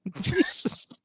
Jesus